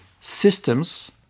systems